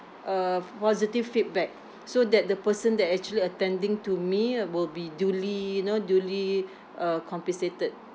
a positive feedback so that the person that actually attending to me will be duly you know duly uh compensated